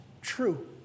true